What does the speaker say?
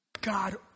God